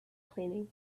cleaning